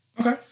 okay